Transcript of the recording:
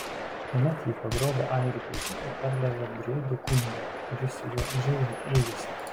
tuomet jį pagrobę airių plėšikai pardavė druidų kunigui kuris su juo žiauriai elgėsi